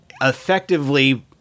effectively